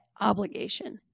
obligation